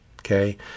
okay